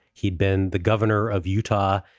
he'd been the governor of utah.